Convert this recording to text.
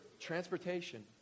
transportation